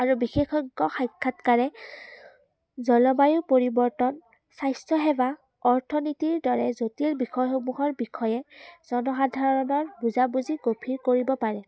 আৰু বিশেষজ্ঞ সাক্ষাৎকাৰে জলবায়ু পৰিৱৰ্তন স্বাস্থ্যসেৱা অৰ্থনীতিৰ দৰে জটিল বিষয়সমূহৰ বিষয়ে জনসাধাৰণৰ বুজাবুজি গভীৰ কৰিব পাৰে